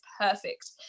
perfect